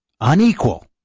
Unequal